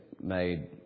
made